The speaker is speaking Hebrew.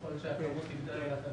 ככל שהפעילות היא...